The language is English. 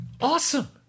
awesome